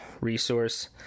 resource